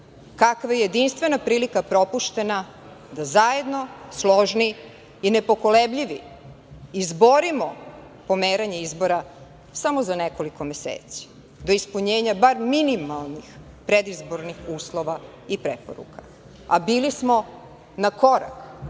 kakva je jedinstvena prilika propuštena da zajedno, složni i nepokolebljivi izborimo pomeranje izbora samo za nekoliko meseci, do ispunjenja bar minimalnih predizbornih uslova i preporuka, a bili smo na korak,